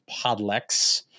Podlex